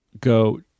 go